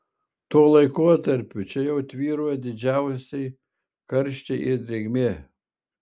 tuo laikotarpiu čia jau tvyrojo didžiuliai karščiai ir drėgmė